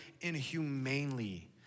inhumanely